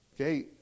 Okay